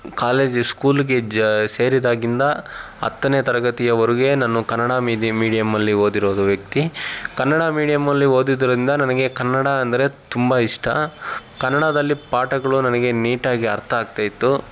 college ಸ್ಕೂಲಿಗೆ ಜ ಸೇರಿದಾಗಿಂದ ಹತ್ತನೇ ತರಗತಿಯವರೆಗೆ ನಾನು ಕನ್ನಡ ಮೀಡಿ ಮೀಡಿಯಮ್ಮಲ್ಲಿ ಓದಿರೋ ವ್ಯಕ್ತಿ ಕನ್ನಡ ಮೀಡಿಯಮ್ಮಲ್ಲಿ ಓದಿದ್ದರಿಂದ ನನಗೆ ಕನ್ನಡ ಅಂದರೆ ತುಂಬ ಇಷ್ಟ ಕನ್ನಡದಲ್ಲಿ ಪಾಠಗಳು ನನಗೆ ನೀಟಾಗಿ ಅರ್ಥ ಆಗ್ತಾಯಿತ್ತು